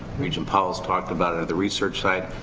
regent powell's talked about another research side,